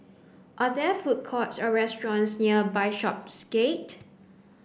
are there food courts or restaurants near Bishopsgate